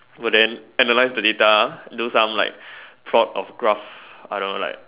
will then analyse the data do some like plot of graph I don't know like